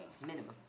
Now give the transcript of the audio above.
Minimum